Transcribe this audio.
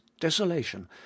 desolation